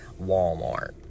Walmart